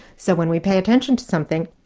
so when we pay attention to something,